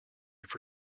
for